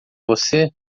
você